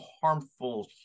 harmful